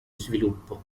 sviluppo